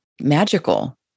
magical